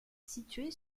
située